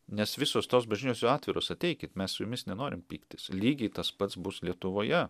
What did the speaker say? nes visos tos bažnyčios jau atviros ateikit mes su jumis nenorim pyktis lygiai tas pats bus lietuvoje